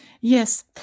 Yes